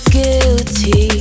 guilty